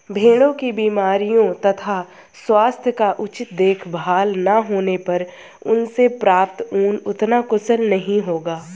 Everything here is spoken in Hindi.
भेड़ों की बीमारियों तथा स्वास्थ्य का उचित देखभाल न होने पर उनसे प्राप्त ऊन उतना कुशल नहीं होगा